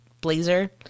blazer